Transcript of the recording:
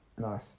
Nice